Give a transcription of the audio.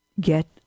Get